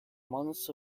months